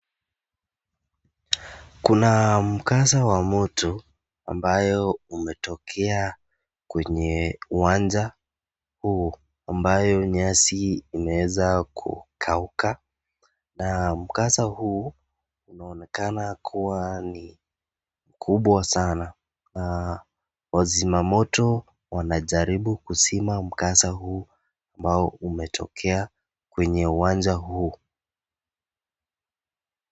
Kuna mkasa wa moto ambayo umetokea kwenye uwanja huu ambayo nyasi imeweza kukauka na mkasa huu unaonekana kuwa ni kubwa sana. Wazima moto wanajaribu kuzima mkasa huu ambao umetokea kwenye uwanja huu.